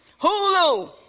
Hulu